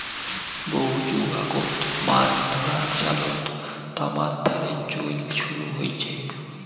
বহু যুগ আগত মাছ ধরার জালত তামার তারের চইল শুরু হইচে